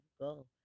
go